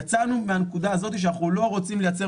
יצאנו מהנקודה הזאת שאנחנו לא רוצים לייצר